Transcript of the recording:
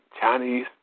Chinese